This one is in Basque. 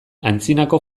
antzinako